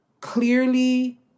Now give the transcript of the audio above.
clearly